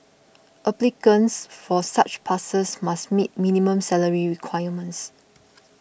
applicants for such passes must meet minimum salary requirements